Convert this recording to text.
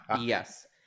Yes